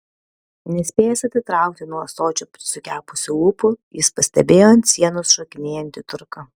nespėjęs atitraukti nuo ąsočio sukepusių lūpų jis pastebėjo ant sienos šokinėjantį turką